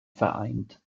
vereint